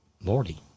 Lordy